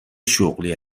شغلی